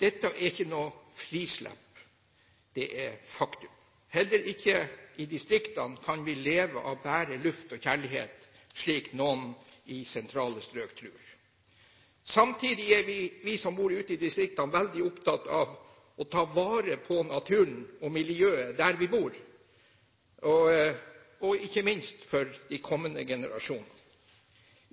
Dette er ikke noe frislepp; det er faktum. Heller ikke i distriktene kan vi leve av bare luft og kjærlighet, slik noen i sentrale strøk tror. Samtidig er vi som bor ute i distriktene, veldig opptatt av å ta vare på naturen og miljøet der vi bor, ikke minst for de kommende generasjoner.